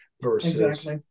versus